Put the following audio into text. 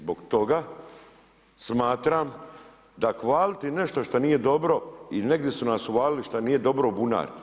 Zbog toga smatram da hvaliti nešto što nije dobro i negdje su nas uvalili šta nije dobro u bunar.